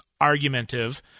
argumentative